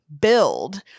build